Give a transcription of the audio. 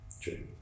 true